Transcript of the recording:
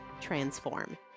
transform